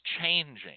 changing